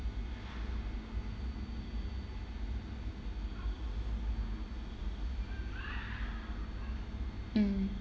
mm